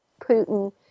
Putin